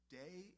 day